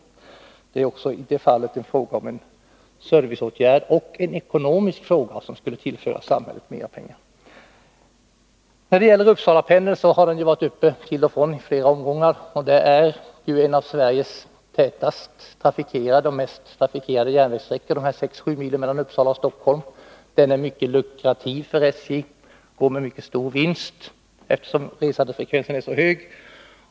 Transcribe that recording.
Det gäller också i det fallet en serviceåtgärd och en ekonomisk fråga, eftersom en sådan åtgärd skulle tillföra samhället mera pengar. Uppsalapendeln har ju varit uppe till debatt i flera omgångar. De 6-7 milen mellan Uppsala och Stockholm är en av Sveriges tätast trafikerade järnvägssträckor. Sträckan är mycket luckrativ för SJ — den går med mycket stor vinst, eftersom resandefrekvensen är så hög.